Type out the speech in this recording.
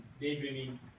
Daydreaming